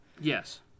Yes